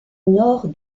nord